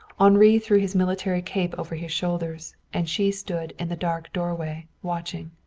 henri threw his military cape over her shoulders and she stood in the dark doorway, watching.